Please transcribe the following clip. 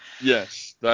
Yes